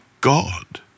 God